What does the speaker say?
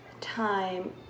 time